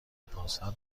پانصد